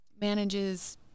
manages